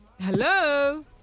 Hello